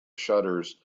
shutters